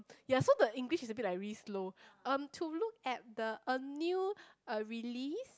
ya so the English is a bit like really slow um to look at the a new uh release